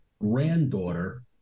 granddaughter